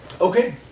Okay